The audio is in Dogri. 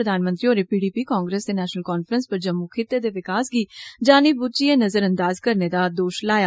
प्रधानमंत्री होरें पीडीपी कांग्रेस ते नैशनल कांफ्रैंस पर जम्मू खित्ते दे विकास गी जानीबूझिएं नजरअंदाज करने दा दोष लाया